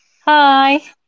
Hi